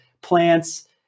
plants